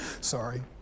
Sorry